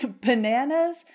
Bananas